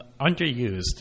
underused